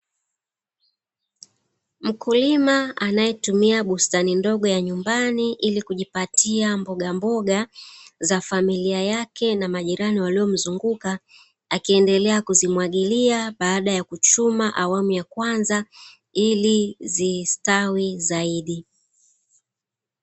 Mkulima anayetumia bustani ndogo ya nyumbani ili kujipatia mbogamboga za familia yake na majirani waliomzunguka, akiendelea kuzimwagilia baada ya kuchuma awamu ya kwanza ili zistawi zaidi.